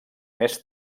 més